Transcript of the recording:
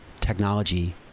technology